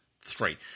three